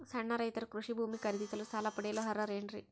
ಸಣ್ಣ ರೈತರು ಕೃಷಿ ಭೂಮಿ ಖರೇದಿಸಲು ಸಾಲ ಪಡೆಯಲು ಅರ್ಹರೇನ್ರಿ?